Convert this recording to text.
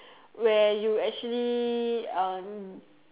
where you actually um